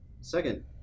Second